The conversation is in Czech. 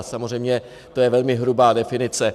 Samozřejmě to je velmi hrubá definice.